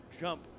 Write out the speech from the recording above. jump